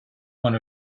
one